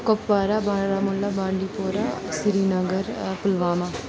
Kupwara Baramulla Bandipora Srinagar Pulwama